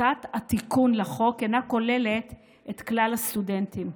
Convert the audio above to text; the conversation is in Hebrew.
הצעת התיקון לחוק אינה כוללת את כלל הסטודנטים.